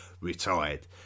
retired